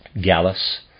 Gallus